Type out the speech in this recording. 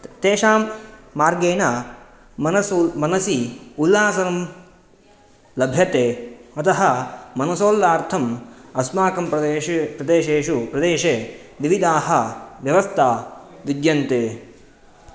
तेषां मार्गेण मनसु मनसि उल्लासनं लभ्यते अतः मनसोल्लार्थम् अस्माकं प्रदेशे प्रदेशेषु प्रदेशे विविधाः व्यवस्थाः विद्यन्ते